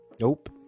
Nope